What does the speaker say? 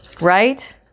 Right